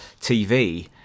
TV